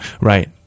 Right